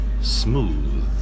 smooth